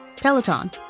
Peloton